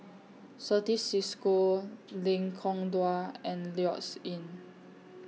Certis CISCO Lengkong Dua and Lloyds Inn